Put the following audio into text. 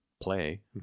play